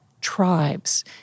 tribes